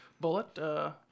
Bullet